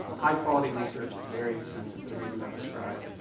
high quality research is very expensive for the reasons i described.